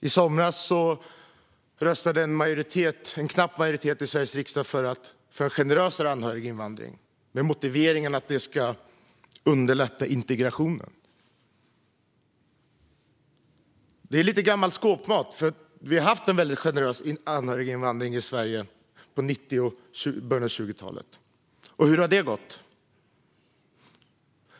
I somras röstade en knapp majoritet i Sveriges riksdag för en generösare anhöriginvandring med motiveringen att det ska underlätta integrationen. Det är lite gammal skåpmat. Vi har haft en väldigt generös anhöriginvandring i Sverige på 90-talet och i början av 2000-talet. Hur har det gått?